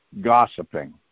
gossiping